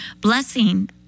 blessing